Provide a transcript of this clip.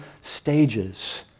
stages